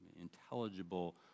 intelligible